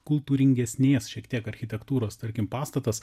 kultūringesnės šiek tiek architektūros tarkim pastatas